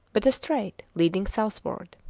but a strait leading southward.